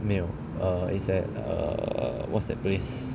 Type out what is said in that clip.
没有 err is at err what's that place